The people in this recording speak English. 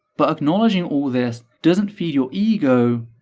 but acknowledging all this doesn't feed your ego,